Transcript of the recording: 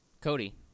Cody